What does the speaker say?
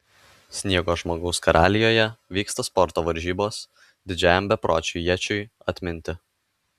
sniego žmogaus karalijoje vyksta sporto varžybos didžiajam bepročiui ječiui atminti